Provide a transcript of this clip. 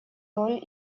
роль